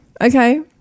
Okay